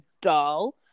dull